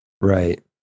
Right